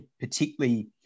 particularly